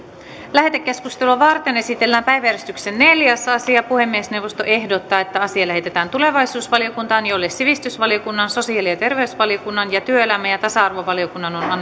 lähetekeskustelua varten esitellään päiväjärjestyksen neljäs asia puhemiesneuvosto ehdottaa että asia lähetetään tulevaisuusvaliokuntaan jolle sivistysvaliokunnan sosiaali ja ja terveysvaliokunnan ja työelämä ja tasa arvovaliokunnan on